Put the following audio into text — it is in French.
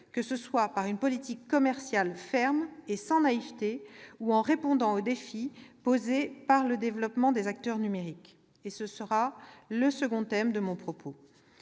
que ce soit en menant une politique commerciale ferme et sans naïveté ou en répondant aux défis posés par le développement des acteurs numériques ; ce sera le second thème de mon propos.